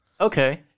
okay